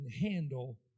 handle